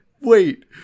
Wait